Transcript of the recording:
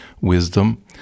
wisdom